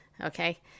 Okay